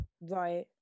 Right